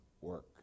work